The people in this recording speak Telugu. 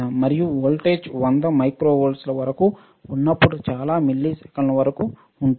మరియు వోల్టేజ్ 100 మైక్రోవోల్ట్ల వరకు ఉన్నప్పుడు చాలా మిల్లీసెకన్లు వరకు ఉంటుంది